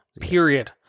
period